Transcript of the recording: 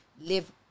live